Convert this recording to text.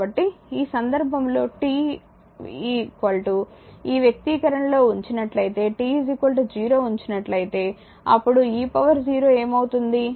కాబట్టి ఈ సందర్భంలో t ఈ వ్యక్తీకరణలో ఉంచినట్లయితే t 0 ఉంచినట్లయితేఅప్పుడు e0 ఏమవుతుంది